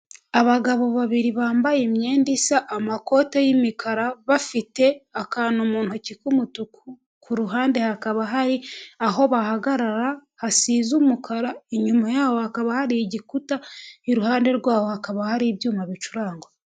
Abagabo babiri bambaye imyenda isa, amakoti y'imikara, bafite akantu mu ntoki k'umutuku, ku ruhande hakaba hari aho bahagarara hasize umukara, inyuma yabo hakaba hari igikuta, iruhande rwabo hakaba hari ibyuma bicurangwa.